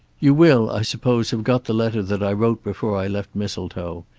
you will i suppose have got the letter that i wrote before i left mistletoe,